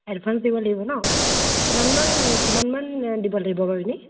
advance দিব লাগিব ন কিমানমান কিমানমান দিব লাগিব বাৰু এনে